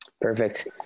Perfect